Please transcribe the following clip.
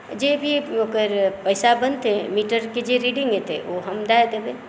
जे भी ओकर पैसा बनतै मीटरके जे रीडिंग एतै ओ हम दए देबै